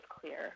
clear